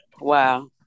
Wow